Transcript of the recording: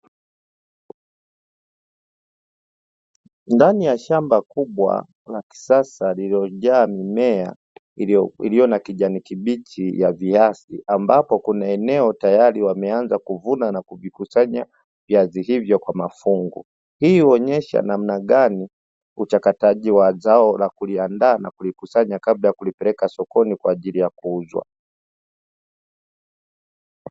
Ndani ya shamba kubwa la kisasa lililojaa mimea iliyo na kijani kibichi ya viazi, ambapo kwenye eneo tayari wameanza kuvuna na kuvikusanya viazi hivyo kwa mafungu. Hii huonyesha namna gani uchakataji wa zao na kuliandaa na kulikusanya kabla ya kulipeleka sokoni kwa ajili ya kuuzwa.